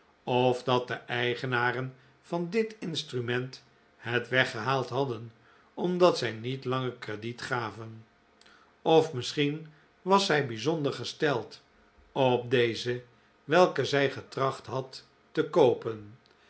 of dat de eigenaren van dit instrument het weggehaald hadden omdat zij niet langer crediet gaven of misschien was zij bijzonder gesteld op deze welke zij getracht had te koopen